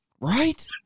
Right